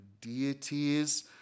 deities